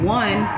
one